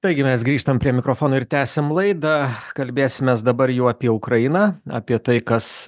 taigi mes grįžtam prie mikrofono ir tęsiam laidą kalbėsimės dabar jau apie ukrainą apie tai kas